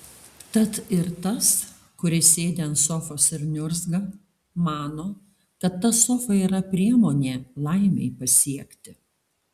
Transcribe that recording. tad ir tas kuris sėdi ant sofos ir niurzga mano kad ta sofa yra priemonė laimei pasiekti